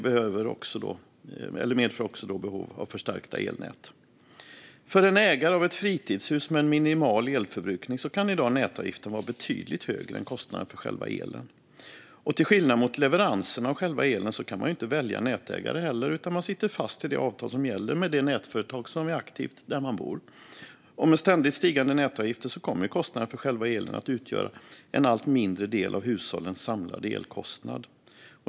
Det medför också behov av förstärkta elnät. För en ägare av ett fritidshus med minimal elförbrukning kan i dag nätavgiften vara betydligt högre än kostnaden för själva elen. Och till skillnad mot leveransen av själva elen kan man ju inte välja nätägare, utan man sitter fast i det avtal som gäller med det nätföretag som är aktivt där man bor. Med ständigt stigande nätavgifter kommer kostnaden för själva elen att utgöra en allt mindre del av hushållens samlade elkostnad.